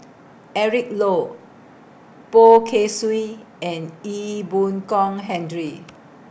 Eric Low Boh Kay Swee and Ee Boon Kong Hendry